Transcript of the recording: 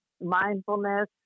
mindfulness